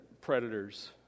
predators